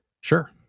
Sure